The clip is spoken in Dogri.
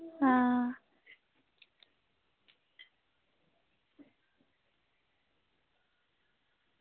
आं